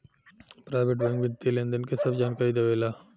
private bank वित्तीय लेनदेन के सभ जानकारी देवे ला